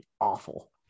awful